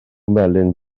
melyn